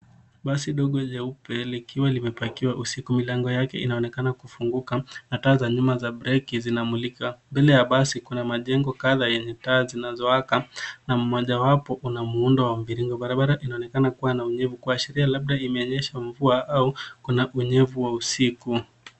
Basi dogo jeupe likiwa limepakwa usiku. Milango yake inaonekana kufungua na taa za nyuma za breki zinamulika. Mbele ya basi, kuna majengo kadhaa yenye taa zinazo waka na moja wapo ina muundo wa mviringo. Barabara inaonekana kuwa na unyevu kuashiria kuwa labda imenyesha mvua au kuna unyevu wa usiku.